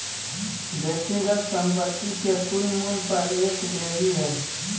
व्यक्तिगत संपत्ति के कुल मूल्य पर एक लेवी हइ